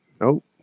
Nope